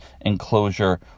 enclosure